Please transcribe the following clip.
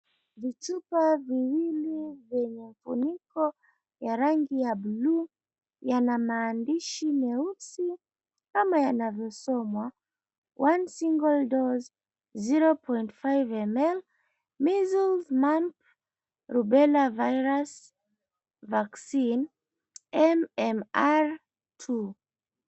Vichupa viwili zenye funiko vya rangi ya bluu yana maandishi nyeusi ama yanavyosoma "one single dose 0.5ml measles man rubera vaccine MMR2".